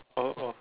oh oh